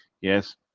yes